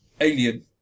Alien